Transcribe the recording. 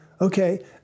Okay